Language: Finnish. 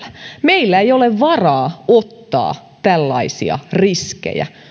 meillä ei ole varaa ottaa tällaisia riskejä